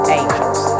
angels